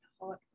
hot